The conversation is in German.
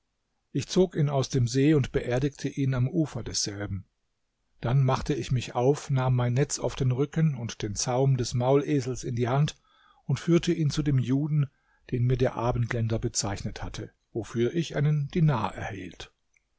ich zog ihn aus dem see und beerdigte ihn am ufer desselben dann machte ich mich auf nahm mein netz auf den rücken und den zaum des maulesels in die hand und führte ihn zu dem juden den mir der abendländer bezeichnet hatte wofür ich einen dinar erhielt